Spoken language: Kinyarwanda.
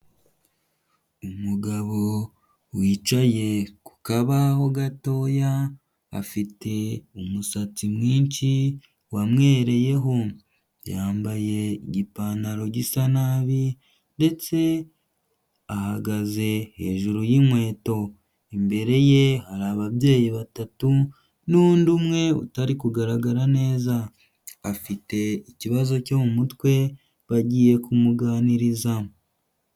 Umugabo wicaye ku kabaho gatoya afite umusatsi mwinshi wamwereyeho, yambaye igipantaro gisa nabi ndetse ahagaze hejuru y'inkweto, imbere ye hari ababyeyi batatu n'undi umwe utari kugaragara neza, afite ikibazo cyo mu mutwe bagiye kumuganiriza.